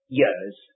years